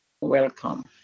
welcome